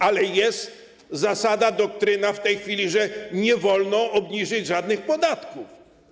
Ale jest zasada, doktryna w tej chwili, że nie wolno obniżyć żadnych podatków.